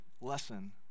lesson